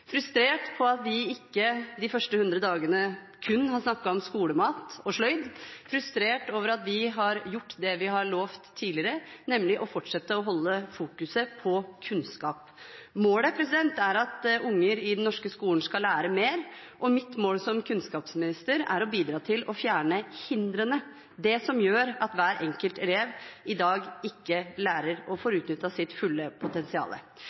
frustrert over at vi ikke de første 100 dagene kun har snakket om skolemat og sløyd, frustrert over at vi har gjort det vi har lovet tidligere, nemlig å fortsette å fokusere på kunnskap. Målet er at unger i den norske skolen skal lære mer, og mitt mål som kunnskapsminister er å bidra til å fjerne hindrene, det som gjør at hver enkelt elev i dag ikke lærer og får utnyttet sitt fulle potensial.